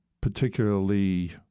particularly